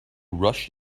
rush